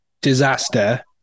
disaster